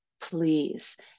please